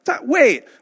wait